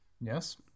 Yes